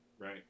right